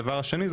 הדבר השני,